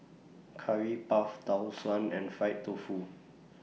Curry Puff Tau Suan and Fried Tofu